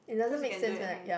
cause you can do it at home